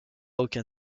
aucun